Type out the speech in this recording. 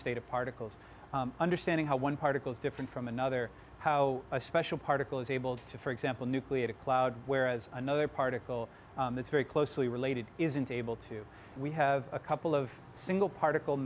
state of particles understanding how one particles different from another how a special particle is able to for example nuclei to cloud whereas another particle that's very closely related isn't able to we have a couple of single particle